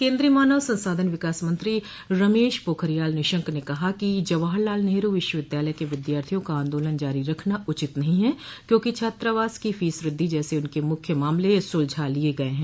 केन्द्रीय मानव संसाधन विकास मंत्री रमेश पोखरियाल निशंक ने कहा है कि जवाहर लाल नेहरू विश्वविद्यालय के विद्यार्थियों का आंदोलन जारी रखना उचित नहीं है क्योंकि छात्रावास की फीस वृद्धि जैसे उनके मुख्य मामले सुलझा लिए गए हैं